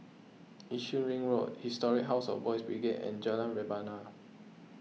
Yishun Ring Road History House of Boys' Brigade and Jalan Rebana